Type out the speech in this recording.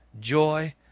joy